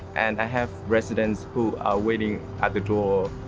and i have residents who are waiting at the door,